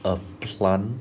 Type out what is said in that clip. a plant